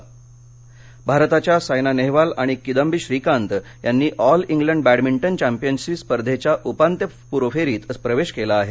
badminton भारताच्या सायना नेहवाल आणि किदांबी श्रीकांत यांनी ऑल इंग्लंड बॅंडमिंटन चैम्पियनशिप स्पर्धेच्या उपांत्यपूर्व फेरीत प्रवेश केला आहे